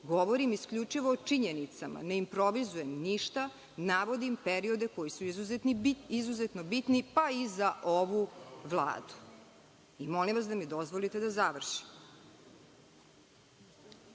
govorim isključivo o činjenicama, ne improvizujem ništa, navodim periode koji su izuzetno bitni, pa i za ovu vladu i molim vas da mi dozvolite da završim. Dakle,